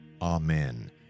Amen